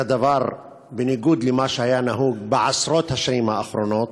זה דבר שהוא בניגוד למה שהיה נהוג בעשרות השנים האחרונות.